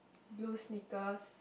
blue sneakers